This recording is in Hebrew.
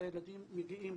שהילדים מגיעים.